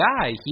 guy